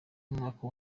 w’umwaka